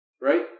right